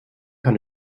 kann